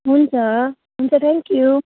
हुन्छ हुन्छ thank you